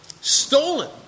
stolen